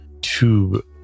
tube